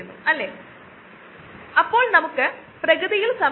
ഒരു air lift bio റിയാക്ടറിന്റെ ചില പ്രധാന സവിശേഷതകൾ ഈ സ്കീമാറ്റിക്കിൽ കാണിക്കുന്നു